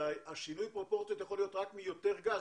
השינוי בפרופורציות יכול להיות רק מיותר גז,